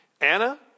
Anna